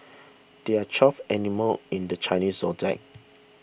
there are twelve animal in the Chinese zodiac